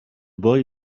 boy